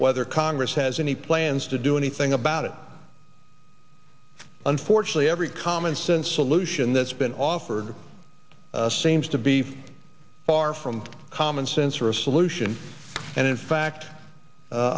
whether congress has any plans to do anything about it unfortunately every commonsense solution that's been offered seems to be far from common sense or a solution and in fact